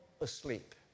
asleep